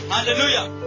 Hallelujah